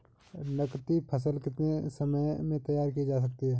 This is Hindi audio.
नगदी फसल कितने समय में तैयार की जा सकती है?